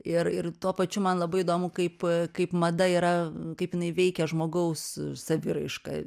ir ir tuo pačiu man labai įdomu kaip kaip mada yra kaip jinai veikia žmogaus saviraišką